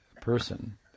person